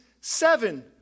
seven